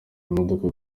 imodoka